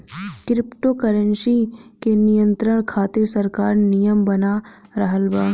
crypto currency के नियंत्रण खातिर सरकार नियम बना रहल बा